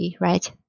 right